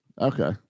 Okay